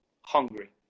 hungry